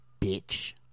Bitch